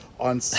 on